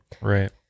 right